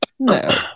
No